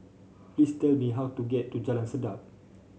please tell me how to get to Jalan Sedap